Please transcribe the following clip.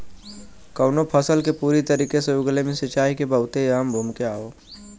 कउनो फसल के पूरी तरीके से उगले मे सिंचाई के बहुते अहम भूमिका हौ